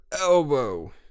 elbow